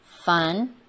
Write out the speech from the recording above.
fun